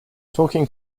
talking